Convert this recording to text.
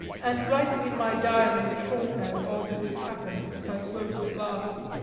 and writing in my diary in shorthand all that has happened since i closed it last.